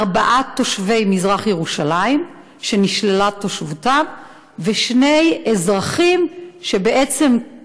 ארבעה תושבי מזרח ירושלים נשללה תושבותם ושני אזרחים שבעצם,